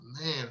man